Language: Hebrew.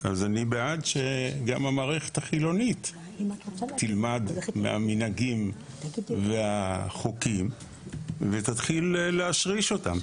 בעד שגם המערכת החילונית תלמד מהמנהגים והחוקים ותתחיל להשריש אותם.